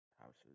houses